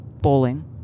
Bowling